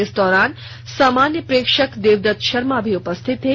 इस दौरान सामान्य प्रेक्षक देवदत्त शर्मा भी उपस्थित थे